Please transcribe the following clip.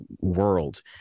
world